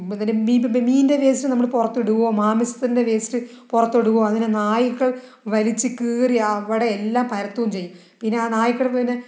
ഇപ്പോൾ തന്നെ മീനിന്റെ വേസ്റ്റ് നമ്മൾ പുറത്ത് ഇടുമോ മാംസത്തിൻ്റെ വേസ്റ്റ് പുറത്ത് ഇടുമോ അങ്ങനെ നായ്ക്കൾ വലിച്ചുകീറി അവിടെയെല്ലാം പരത്തുകയും ചെയ്യും പിന്നെ ആ നായ്ക്കൾ പിന്നെ